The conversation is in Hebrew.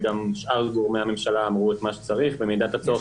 שאר גורמי הממשלה אמרו את מה שצריך ובמידת הצורך,